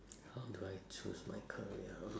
how do I choose my career